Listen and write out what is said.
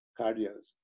cardios